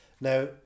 now